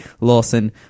Lawson